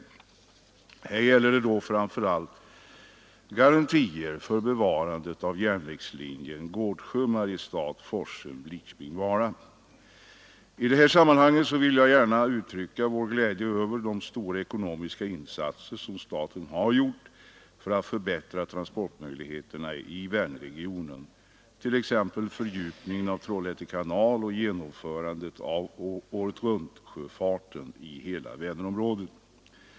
Här gäller det då framför allt garantier för bevarandet av järnvägslinjen Gårdsjö—Mariestad—Forshem—Lidköping— Vara. I detta sammanhang vill jag gärna uttrycka vår glädje över de stora ekonomiska insatser som staten har gjort för att förbättra transportmöjligheterna i Vänerregionen, t.ex. fördjupningen av Trollhätte kanal och genomförandet av åretruntsjöfarten i hela Vänerområdet.